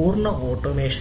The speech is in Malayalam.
പൂർണ്ണ ഓട്ടോമേഷൻ